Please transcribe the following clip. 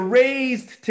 raised